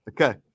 Okay